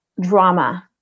drama